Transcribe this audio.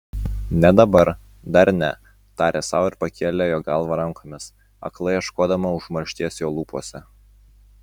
ne dabar dar ne tarė sau ir pakėlė jo galvą rankomis aklai ieškodama užmaršties jo lūpose